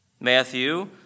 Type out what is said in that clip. Matthew